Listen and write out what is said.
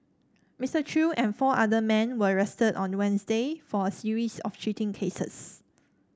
Mister Chew and four other men were arrested on Wednesday for a series of cheating cases